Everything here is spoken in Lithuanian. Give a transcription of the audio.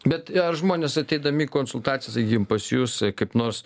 bet ar žmonės ateidami konsultacijos pas jus kaip nors